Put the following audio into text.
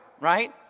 right